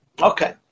Okay